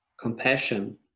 compassion